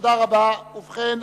ובכן,